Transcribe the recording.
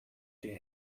der